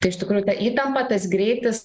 tai iš tikrųjų ta įtampa tas greitis